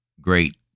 great